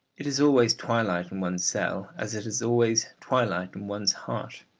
it is always twilight in one's cell, as it is always twilight in one's heart.